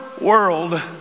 world